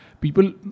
people